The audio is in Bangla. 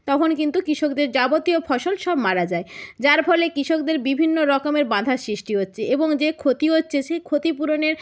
তখন কিন্তু কৃষকদের যাবতীয় ফসল সব মারা যায় যার ফলে কৃষকদের বিভিন্ন রকমের বাঁধার সৃষ্টি হচ্ছে এবং যে ক্ষতি হচ্ছে সেই ক্ষতিপূরণের